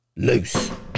Loose